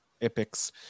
epics